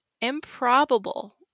improbable